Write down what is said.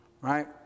Right